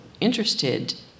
interested